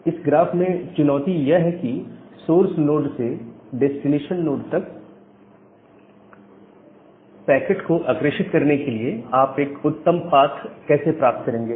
इस ग्राफ में चुनौती यह है कि सोर्स नोड से डेस्टिनेशन नोड तक देता पैकेट को अग्रेषित करने के लिए आप एक उत्तम पाथ कैसे प्राप्त करेंगे